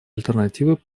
альтернативы